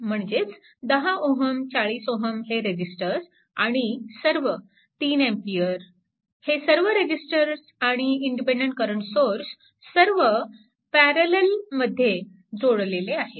म्हणजेच 10 Ω 40 Ω हे रेजिस्टर्स आणि सर्व 3A हे सर्व रेजिस्टर्स आणि इंडिपेन्डन्ट करंट सोर्स सर्व पॅरललमध्ये जोडलेले आहेत